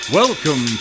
welcome